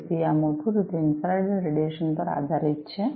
તેથી આ મૂળભૂત રીતે ઇન્ફ્રારેડ રેડિયેશન પર આધારિત છે